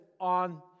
on